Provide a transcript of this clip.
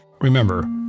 Remember